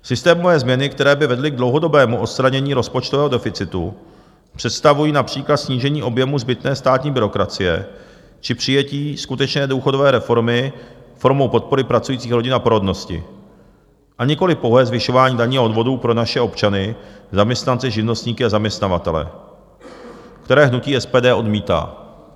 Systémové změny, které by vedly k dlouhodobému odstranění rozpočtového deficitu, představují například snížení objemu zbytné státní byrokracie či přijetí skutečné důchodové reformy formou podpory pracujících rodin a porodnosti, a nikoliv pouhé zvyšování daní a odvodů pro naše občany, zaměstnance, živnostníky a zaměstnavatele, které hnutí SPD odmítá.